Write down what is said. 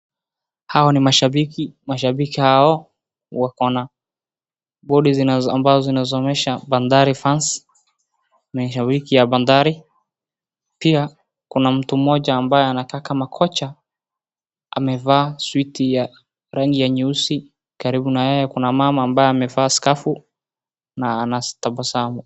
Hao ni mashabiki, mashabiki hao wako na bodi ambazo zinaonyesha bandari fans na ni shabiki ya bandari, pia kuna mtu mmoja ambaye anakaa kama kocha amevaa suti ya rangi ya nyeusi, karibu na yeye kuna mama ambaye amevaa skafu na anatabasamu.